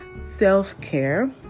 self-care